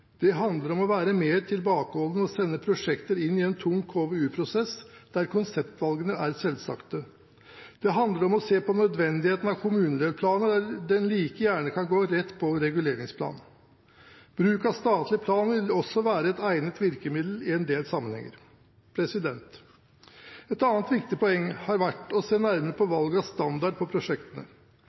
Det handler om å være mer tilbakeholden med å sende prosjekter inn i en tung KVU-prosess der konseptvalgene er selvsagte. Det handler om å se på nødvendigheten av kommunedelplaner der en like gjerne kan gå rett på reguleringsplan. Bruk av statlig plan vil også være et egnet virkemiddel i en del sammenhenger. Et annet viktig poeng har vært å se nærmere på valg av standard på prosjektene.